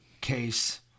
case